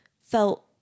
felt